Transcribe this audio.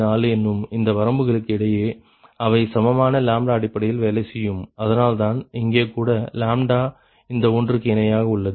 4 என்னும் இந்த வரம்புகளுக்கு இடையே அவை சமமான அடிப்படையில் வேலை செய்யும் அதனால்தான் இங்கே கூட இந்த ஒன்றுக்கு இணையாக உள்ளது